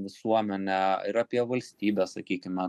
visuomenę ir apie valstybę sakykime